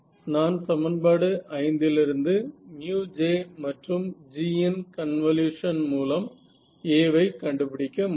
நான் சமன்பாடு ஐந்திலிருந்து μJ மற்றும் G இன் கன்வல்யூஷன் மூலம் A வை கண்டுபிடிக்க முடியும்